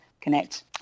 connect